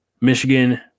Michigan